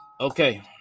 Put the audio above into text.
Okay